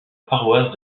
paroisse